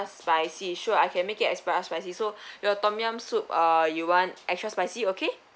spicy sure I can make it extra spicy so you've tom yum soup uh you want extra spicy okay